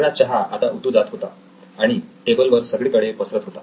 सगळा चहा आता उतू जात होता आणि टेबलवर सगळीकडे पसरत होता